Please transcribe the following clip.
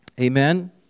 Amen